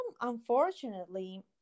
unfortunately